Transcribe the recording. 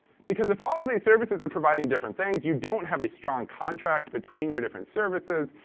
because if all of these services are providing different things, you don't have a strong contract between your different services,